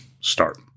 start